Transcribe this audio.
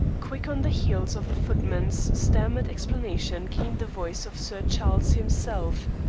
quick on the heels of the footman's stammered explanation came the voice of sir charles himself